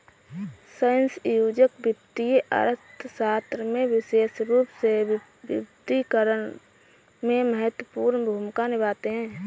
सहसंयोजक वित्तीय अर्थशास्त्र में विशेष रूप से विविधीकरण में महत्वपूर्ण भूमिका निभाते हैं